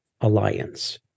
alliance